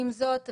עם זאת,